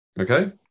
okay